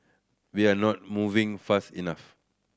we are not moving fast enough